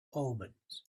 omens